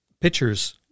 pictures